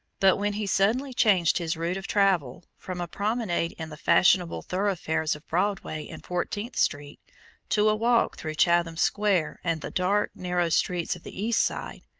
but when he suddenly changed his route of travel from a promenade in the fashionable thoroughfares of broadway and fourteenth street to a walk through chatham square and the dark, narrow streets of the east side,